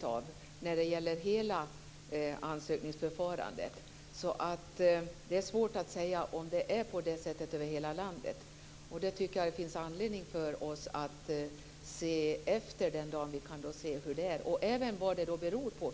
av utvärderingen av hela ansökningsförfarandet. Det är svårt att säga om det är på det sättet över hela landet. Jag tycker att det finns anledning att undersöka det den dag vi kan se hur det är. Vi kan också undersöka vad det beror på.